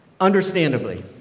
understandably